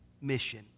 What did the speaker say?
mission